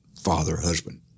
father-husband